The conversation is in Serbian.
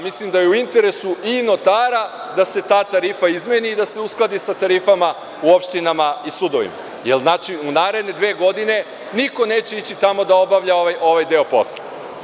Mislim da je u interesu notara da se ta tarifa oslobodi i uskladi sa tarifama u opštinama i sudovima jer u naredne dve godine niko neće ići tamo da obavlja ovaj deo posla.